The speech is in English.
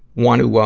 want to, ah,